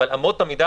אבל אמות המידה